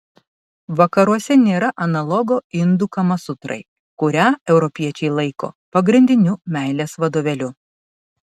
vakaruose nėra analogo indų kamasutrai kurią europiečiai laiko pagrindiniu meilės vadovėliu